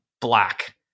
black